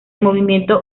movimiento